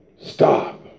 Stop